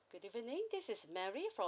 good evening this is mary from